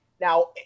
Now